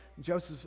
Joseph